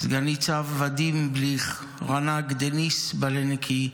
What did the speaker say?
סגן-ניצב ודים בליך, רנ"ג דניס בלנקי,